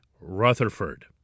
Rutherford